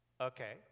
Okay